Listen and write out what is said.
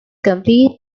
complete